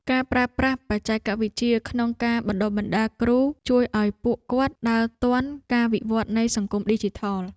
ការប្រើប្រាស់បច្ចេកវិទ្យាក្នុងការបណ្តុះបណ្តាលគ្រូជួយឱ្យពួកគាត់ដើរទាន់ការវិវត្តនៃសង្គមឌីជីថល។